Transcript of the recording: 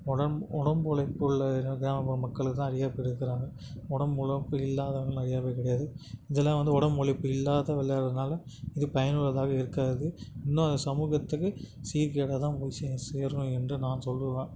உடம்பு உடம்பு உழைப்பு உள்ள கிராமப்புற மக்களுக்கு தான் நிறைய பேர் இருக்காங்க உடம்பு உழைப்பு இல்லாதவங்க நிறைய பேர் கிடையாது இதில் வந்து உடம்பு உழைப்பு இல்லாத விளையாடுறதுனால இது பயனுள்ளதாக இருக்காது இன்னும் சமூகத்துக்கு சீக்கிரம் தான் போய் சே சேரணும் என்று நான் சொல்லுவேன்